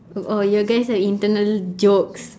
oh you guys are internal joke